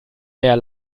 mehr